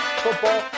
football